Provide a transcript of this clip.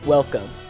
Welcome